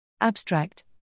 Abstract